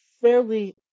fairly